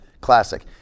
classic